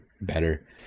better